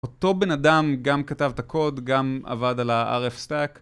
אותו בן אדם גם כתב את הקוד, גם עבד על ה-RF Stack